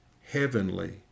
heavenly